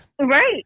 Right